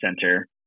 center